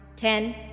Ten